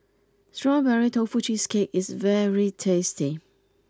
Strawberry Tofu Cheesecake is very tasty